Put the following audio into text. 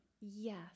yes